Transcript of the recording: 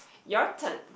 your turn